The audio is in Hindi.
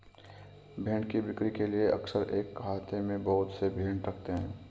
भेंड़ की बिक्री के लिए अक्सर एक आहते में बहुत से भेंड़ रखे रहते हैं